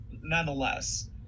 Nonetheless